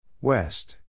West